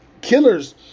killers